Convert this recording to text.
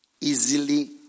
Easily